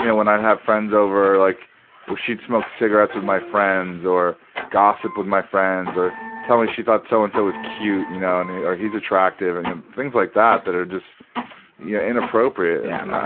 you know when i'd have friends over, like ah she'd smoke cigarettes with my friends or gossip with my friends or tell me she thought so-and-so so and so was cute, you know and or he's attractive and and things like that that are just yeah inappropriate. yeah,